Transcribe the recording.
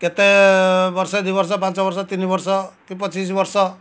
କେତେ ବର୍ଷେ ଦୁଇବର୍ଷ ପାଞ୍ଚ ବର୍ଷ ତିନି ବର୍ଷ କି ପଚିଶି ବର୍ଷ